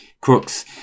Crooks